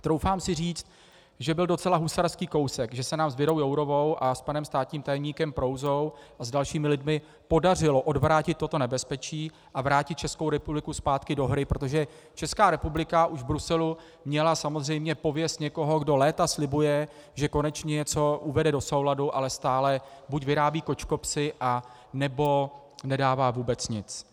Troufám si říct, že byl docela husarský kousek, že se nám s Věrou Jourovou a panem státním tajemníkem Prouzou a dalšími lidmi podařilo odvrátit toto nebezpečí a vrátit Českou republiku zpátky do hry, protože Česká republika už v Bruselu měla samozřejmě pověst někoho, kdo léta slibuje, že konečně něco uvede do souladu, ale stále buď vyrábí kočkopsy, anebo nedává vůbec nic.